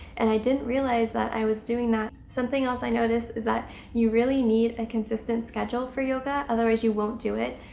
and i didn't realize i was doing that. something else i noticed is that you really need a consistent schedule for yoga otherwise you won't do it.